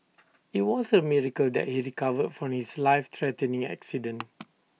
IT was A miracle that he recovered from his life threatening accident